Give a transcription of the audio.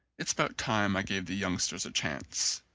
it's about time i gave the youngsters a chance.